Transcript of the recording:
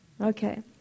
Okay